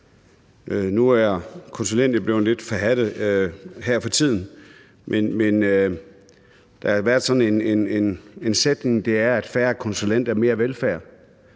nu er konsulenter jo blevet lidt forhadte her for tiden. Der har været sådan en sætning med: færre konsulenter, mere velfærd.